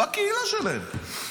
בקהילה שלהם.